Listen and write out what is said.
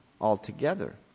altogether